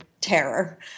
Terror